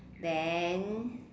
then